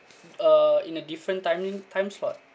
uh in a different timing time slot